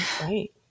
Right